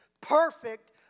perfect